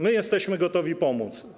My jesteśmy gotowi pomóc.